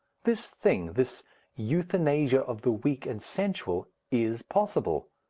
this thing, this euthanasia of the weak and sensual, is possible.